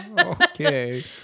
okay